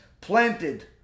planted